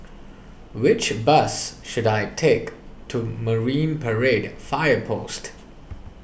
which bus should I take to Marine Parade Fire Post